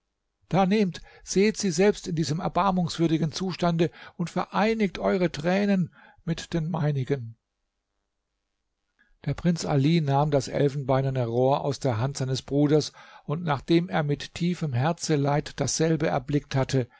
da nehmt sehet sie selbst in diesem erbarmungswürdigen zustande und vereinigt eure tränen mit den meinigen der prinz ali nahm das elfenbeinerne rohr aus der hand seines bruders und nachdem er mit tiefem herzeleid dasselbe erblickt hatte